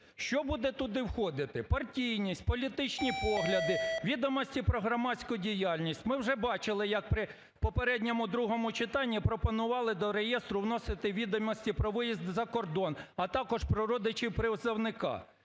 Що буде туди входити – партійність, політичні погляди, відомості про громадську діяльність? Ми вже бачили, як при попередньому другому читанні пропонували до реєстру вносити відомості про виїзд за кордон, а також про родичів призовника.